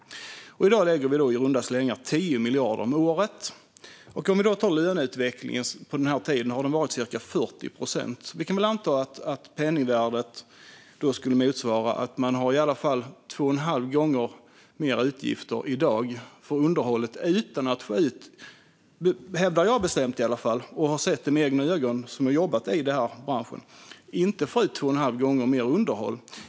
I dag lägger vi i runda slängar 10 miljarder om året. Löneutvecklingen har under den här tiden varit cirka 40 procent. Vi kan anta att det i dagens penningvärde skulle motsvara i alla fall två och en halv gång mer i utgifter för underhållet i dag. Men jag hävdar bestämt - och jag har sett det med egna ögon eftersom jag har jobbat i branschen - att man inte får ut två och en halv gång mer i underhåll.